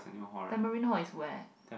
Tamarind Hall is where